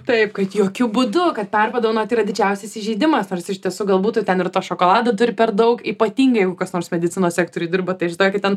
taip kad jokiu būdu kad perpardovanot yra didžiausias įžeidimas nors iš tiesų galbūt ten ir to šokolado turi per daug ypatingai jeigu kas nors medicinos sektoriuje dirba tai žinokit ten